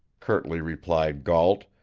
curtly replied gault,